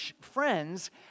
friends